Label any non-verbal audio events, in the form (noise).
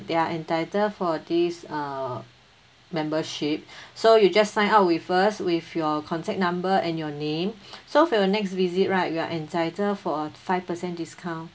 they are entitled for this uh membership (breath) so you just sign up with us with your contact number and your name (breath) so for your next visit right you are entitled for a five percent discount